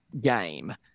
game